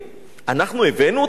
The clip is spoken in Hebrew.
אנחנו הבאנו אותם לכאן?